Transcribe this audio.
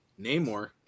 Namor